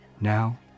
Now